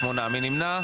מי נמנע?